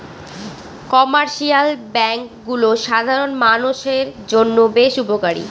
commercial ব্যাঙ্কগুলো সাধারণ মানষের জন্য বেশ উপকারী